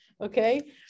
Okay